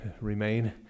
remain